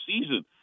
season